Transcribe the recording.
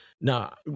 Now